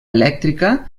elèctrica